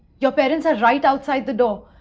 your parents are right outside the door.